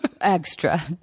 extra